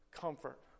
comfort